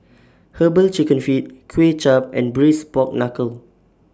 Herbal Chicken Feet Kuay Chap and Braised Pork Knuckle